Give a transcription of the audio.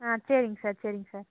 ஆ சரிங்க சார் சரிங்க சார்